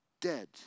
Dead